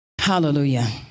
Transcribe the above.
Hallelujah